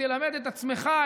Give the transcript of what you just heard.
תלמד את עצמך,